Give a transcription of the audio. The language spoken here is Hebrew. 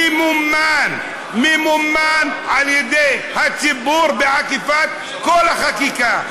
ממומן על ידי הציבור בעקיפת כל החקיקה.